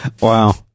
Wow